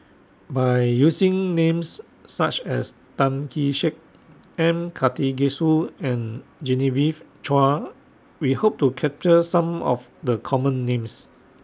By using Names such as Tan Kee Sek M Karthigesu and Genevieve Chua We Hope to capture Some of The Common Names